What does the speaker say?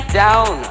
down